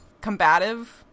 combative